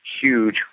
huge